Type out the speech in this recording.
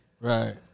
Right